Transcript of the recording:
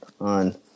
on